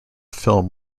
film